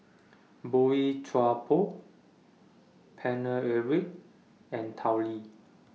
Boey Chuan Poh Paine Eric and Tao Li